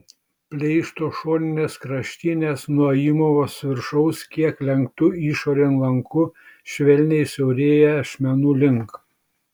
pleišto šoninės kraštinės nuo įmovos viršaus kiek lenktu išorėn lanku švelniai siaurėja ašmenų link